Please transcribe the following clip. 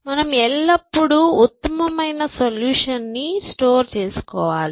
మనం ఎల్లప్పుడూ ఉత్తమమైన సొల్యూషన్ ని స్టోర్ చేసుకోవాలి